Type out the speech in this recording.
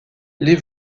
les